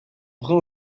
brun